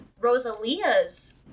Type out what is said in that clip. Rosalia's